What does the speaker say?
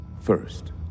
First